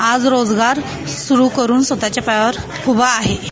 आज रोजगार सुरू करून स्वतःच्या पायावर उभ्या आहोत